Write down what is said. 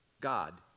God